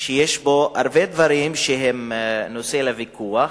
שיש בו הרבה דברים שהם נושא לוויכוח,